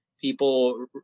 people